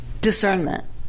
discernment